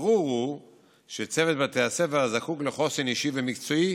ברור הוא שצוות בית הספר זקוק לחוסן אישי ומקצועי